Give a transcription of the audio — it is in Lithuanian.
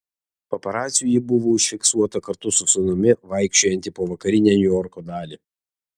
paparacių ji buvo užfiksuota kartu su sūnumi vaikščiojanti po vakarinę niujorko dalį